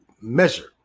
measure